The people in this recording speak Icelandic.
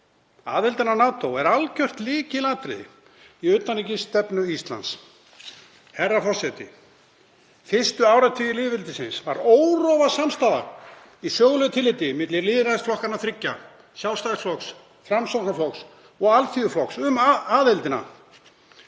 Aðildin að NATO er algjört lykilatriði í utanríkisstefnu Íslands. Herra forseti. Fyrstu áratugi lýðveldisins var órofa samstaða í sögulegu tilliti milli lýðræðisflokkanna þriggja, Sjálfstæðisflokks, Framsóknarflokks og Alþýðuflokks, um aðildina.